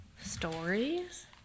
stories